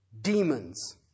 Demons